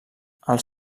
els